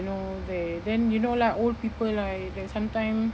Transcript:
you know they then you know lah old people right like sometime